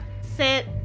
sit